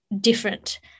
different